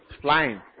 flying